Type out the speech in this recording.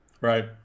Right